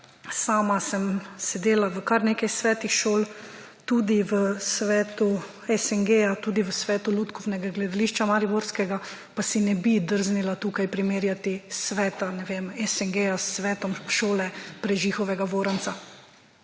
sama sem sedela v kar nekaj svetih šol, tudi v svetu SNG-ja, tudi v svetu lutkovnega gledališča mariborskega, pa si nebi drznila tukaj primerjati sveta, ne vem, SNG-ja s svetom šole Preživega Voranca,